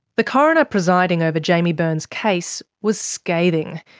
the coroner presiding over jaimie byrne's case was scathing.